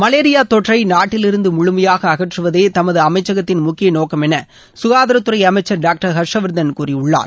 malaria தொற்றை நாட்டிலிருந்து முழுமையாக அகற்றுவதே தமது அமைச்சகத்தின் முக்கிய நோக்கம் என சுகாதாரத்துறை அமைச்சர் டாக்டர் ஹர்வர்தன் கூறியுள்ளார்